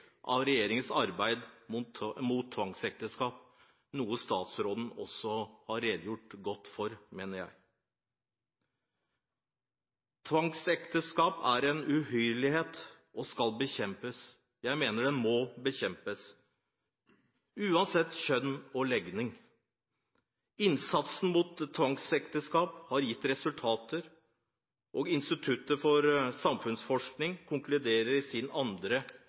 av regjeringens arbeid mot tvangsekteskap, noe statsråden etter min oppfatning også har redegjort godt for. Tvangsekteskap er en uhyrlighet og skal bekjempes. Jeg mener det må bekjempes uansett kjønn og legning. Innsatsen mot tvangsekteskap har gitt resultater, og Institutt for samfunnsforskning konkluderer i sin andre